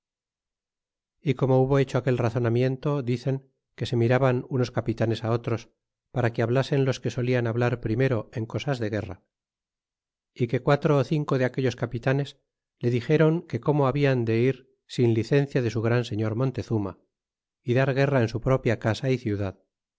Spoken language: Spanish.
y como hubo hecho aquel razonamien to dicen que se miraban unos capitanes otros para que hablasen los que solian hablar primero en cosas de guerra a que quatro ó cinco de aquellos capitanes le dixeron que cómo habian de ir sin licencia de su gran señor mon tezuma y dar guerra en su propia casa y ciudad